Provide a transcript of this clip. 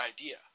idea